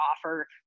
offer